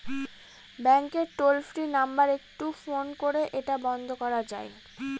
ব্যাংকের toll free number একটু phone করে এটা বন্ধ করা যায়?